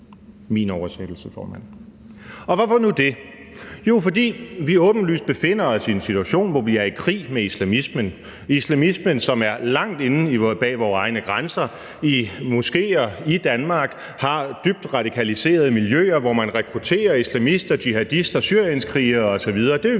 min oversættelse, formand. Og hvorfor nu det? Jo, fordi vi åbenlyst befinder os i en situation, hvor vi er i krig med islamismen – islamismen, som er langt inde bag vores egne grænser, og som i moskéer i Danmark har dybt radikaliserede miljøer, hvor man rekrutterer islamister, jihadister, syrienskrigere osv.